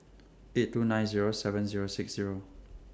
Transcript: eight two nine Zero seven Zero six Zero